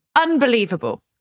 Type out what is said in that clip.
unbelievable